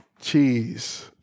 Cheese